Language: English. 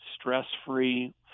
stress-free